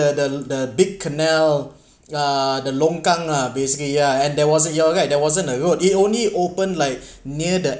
the the the big canal uh the long kang lah basically ya and there wasn't you all right there wasn't a road it only open like near the